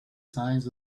signs